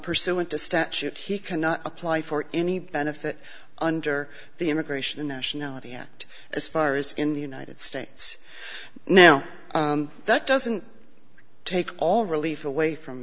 pursuant to statute he cannot apply for any benefit under the immigration and nationality act as far as in the united states now that doesn't take all relief away from